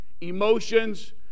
emotions